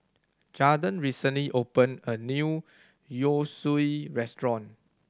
Jadon recently opened a new Yosui restaurant